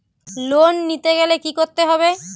Loan নিতে গেলে কি করতে হবে?